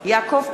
יעקב פרי,